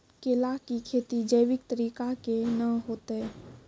केला की खेती जैविक तरीका के ना होते?